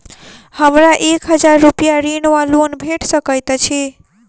हमरा एक हजार रूपया ऋण वा लोन भेट सकैत अछि?